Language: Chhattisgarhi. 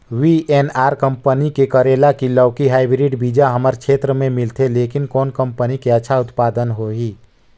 वी.एन.आर कंपनी के करेला की लौकी हाईब्रिड बीजा हमर क्षेत्र मे मिलथे, लेकिन कौन कंपनी के अच्छा उत्पादन होही?